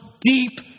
deep